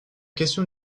question